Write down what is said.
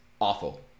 awful